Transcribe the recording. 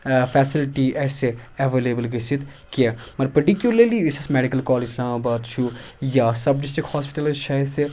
facility اَسہِ available گٔژھتھ کینٛہہ مگر پٔٹِکیوٗلرلی یُس اَسہِ مٮ۪ڈِکل کالج اِسلام آباد چھُ یا سب ڈِسٹرٛک ہاسپِٹلٕز چھِ اَسہِ